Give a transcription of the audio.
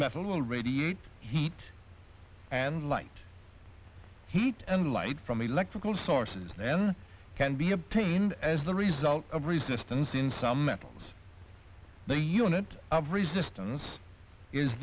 radiate heat and light heat and light from electrical sources then can be obtained as the result of resistance in some metals the unit of resistance is